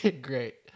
great